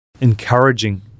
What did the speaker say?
encouraging